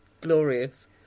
glorious